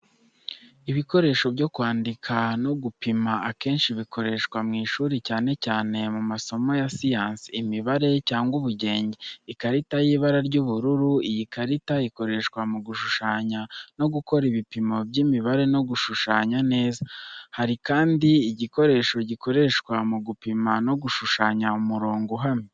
Ibikoresho byo kwandika no gupima akenshi bikoreshwa mu ishuri cyane cyane mu masomo ya siyansi, imibare, cyangwa ubugenge. Ikarita y'ibara ry'ubururu, iyi karita ikoreshwa mu gushushanya no gukora ibipimo by'imibare no gushushanya neza. Hari kandi igikoresho gikoreshwa mu gupima no gushushanya umurongo uhamye.